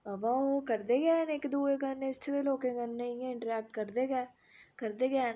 अवा ओह् करगे गै न इक दुए कन्नै इत्थै दे लोकें कन्नै इयां इन्टरैक्ट करदे गै करदे गै न